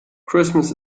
christmas